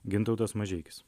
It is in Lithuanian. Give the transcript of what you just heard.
gintautas mažeikis